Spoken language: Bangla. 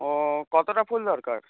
ও কতটা ফুল দরকার